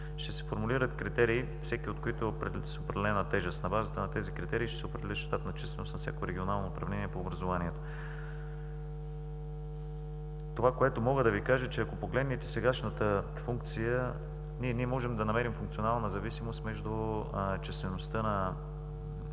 Ще се формулират критерии, всеки от които е с определена тежест. На базата на тези критерии ще се определи щатната численост на всяко регионално управление по образованието. Това, което мога да Ви кажа, е, че ако погледнете сегашната функция, ние можем да намерим функционална зависимост между числеността на